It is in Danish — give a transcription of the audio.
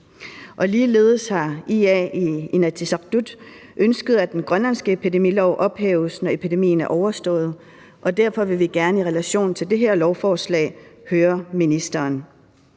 ligeledes har IA i Inatsisartut ønsket, at den grønlandske epidemilov ophæves, når epidemien er overstået, og derfor vil vi gerne i relation til det her lovforslag høre ministeren: